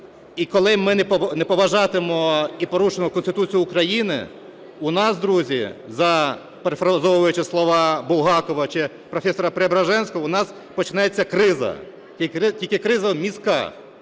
І коли ми не поважатимемо і порушуємо Конституцію України, у нас, друзі, перефразовуючи слова Булгакова, чи професора Преображенського, у нас почнеться криза. Тільки криза у мізках.